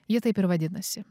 ji taip ir vadinasi